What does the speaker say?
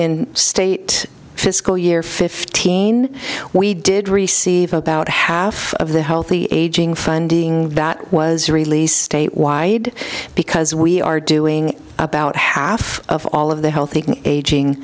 in state fiscal year fifteen we did receive about half of the healthy aging funding that was released statewide because we are doing about half of all of the healthy aging